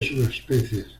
subespecies